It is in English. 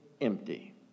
empty